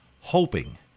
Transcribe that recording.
hoping